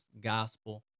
Gospel